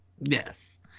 Yes